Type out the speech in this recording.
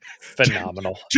Phenomenal